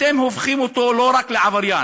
אתם הופכים אותו לא רק לעבריין,